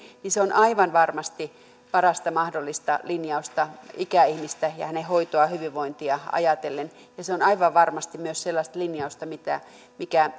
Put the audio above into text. niin se on aivan varmasti parasta mahdollista linjausta ikäihmistä ja hänen hoitoaan hyvinvointiaan ajatellen ja se on aivan varmasti myös sellaista linjausta mikä